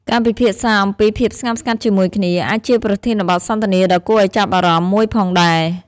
ការពិភាក្សាអំពីភាពស្ងប់ស្ងាត់ជាមួយគ្នា អាចជាប្រធានបទសន្ទនាដ៏គួរឱ្យចាប់អារម្មណ៍មួយផងដែរ។